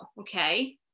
okay